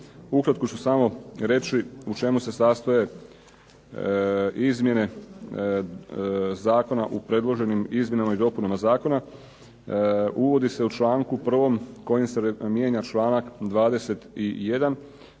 Ukratko ću samo reći u čemu se sastoje izmjene Zakona u predloženim izmjenama i dopunama Zakona uvodi se u članku 1. kojim se mijenja članak 21.